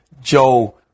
Joe